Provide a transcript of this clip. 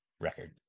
record